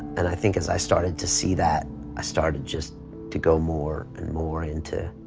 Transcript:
and i think as i started to see that i started just to go more and more into